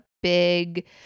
big